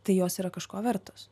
tai jos yra kažko vertos